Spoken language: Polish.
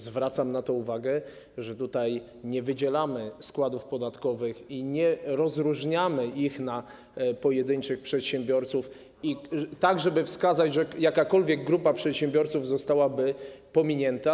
Zwracam uwagę na to, że tutaj nie wydzielamy składów podatkowych i nie rozróżniamy pojedynczych przedsiębiorców - tak żeby wskazać, że jakakolwiek grupa przedsiębiorców zostałaby pominięta.